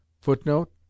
footnote